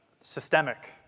systemic